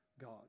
God